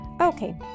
Okay